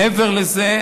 מעבר לזה,